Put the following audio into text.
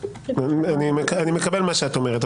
אני מקבל מה שאת אומרת.